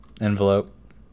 envelope